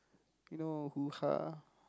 you know hoo-ha